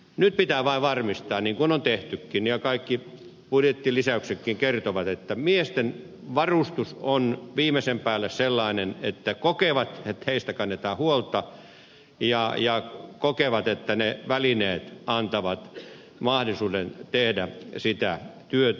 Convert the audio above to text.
nyt pitää vain varmistaa niin kuin on tehtykin ja kaikki budjettilisäyksetkin kertovat että miesten varustus on viimeisen päälle sellainen että he kokevat että heistä kannetaan huolta ja kokevat että ne välineet antavat mahdollisuuden tehdä sitä työtä